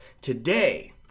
Today